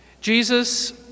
Jesus